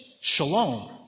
shalom